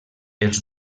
els